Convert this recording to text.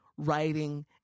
writing